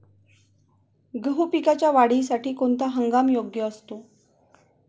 गहू पिकाच्या वाढीसाठी कोणता हंगाम योग्य असतो?